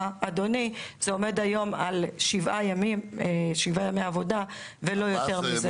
אדוני זה עומד היום על שבעה ימי עבודה ולא יותר.